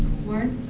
warren?